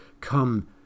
come